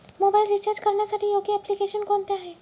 Mobile recharge करण्यासाठी योग्य application कोणते आहे?